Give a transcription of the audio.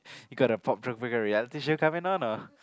you got a popular reality show coming on or no